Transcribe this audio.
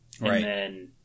Right